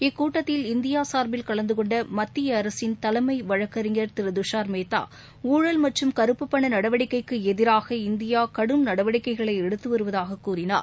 இக்கூட்டத்தில் இந்தியாசார்பில் கலந்துனொண்டமத்தியஅரசின் தலைமைவழக்கறிஞர் திருதுஷார் மேத்தா ணழல் மற்றும் கருப்பு பணநடவடிக்கைக்குஎதிராக இந்தியாகடும் நடவடிக்கைகளைஎடுத்துவருவதாககூறினார்